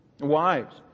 Wives